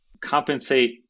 compensate